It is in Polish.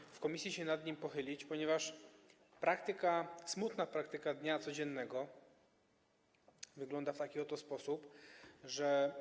Warto w komisji się nad nim pochylić, ponieważ smutna praktyka dnia codziennego wygląda w taki oto sposób, że.